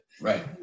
Right